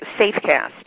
Safecast